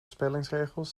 spellingsregels